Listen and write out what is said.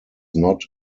not